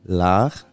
laag